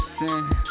sin